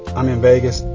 i'm in vegas.